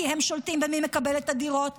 כי הם שולטים במי מקבל את הדירות,